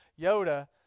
Yoda